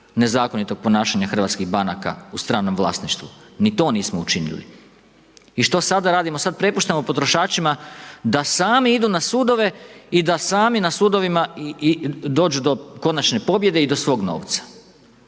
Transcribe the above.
nezakonitog ponašanja hrvatskih banaka u stranom vlasništvu, ni to nismo učinili. I što sada radimo? Sad prepuštamo potrošačima da sami idu na sudove i da sami na sudovima dođu do konačne pobjede i do svog novca.